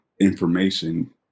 information